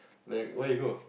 like where you go